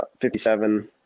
57